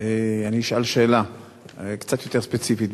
אשאל שאלה קצת יותר ספציפית.